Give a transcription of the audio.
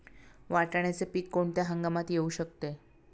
वाटाण्याचे पीक कोणत्या हंगामात येऊ शकते?